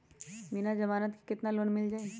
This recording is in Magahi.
बिना जमानत के केतना लोन मिल जाइ?